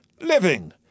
living